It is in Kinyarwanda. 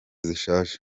zishaje